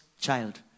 child